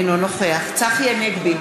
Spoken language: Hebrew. אינו נוכח צחי הנגבי,